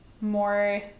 more